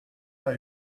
are